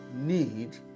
need